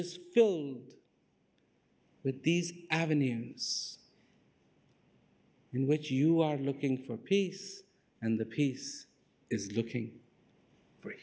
filled with these avenues in which you are looking for peace and the peace is looking for